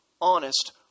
honest